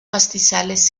pastizales